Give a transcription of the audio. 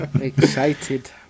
Excited